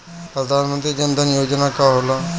प्रधानमंत्री जन धन योजना का होला?